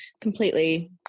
completely